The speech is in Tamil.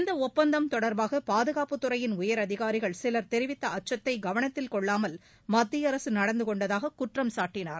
இந்த ஒப்பந்தம் தொடர்பாக பாதுகாப்புத் துறையின் உயரதிகாரிகள் சிலர் தெரிவித்த அச்சத்தை கவனத்தில் கொள்ளாமல் மத்திய அரசு நடந்து கொண்டதாக குற்றம் சாட்டினார்